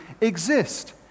exist